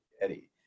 Eddie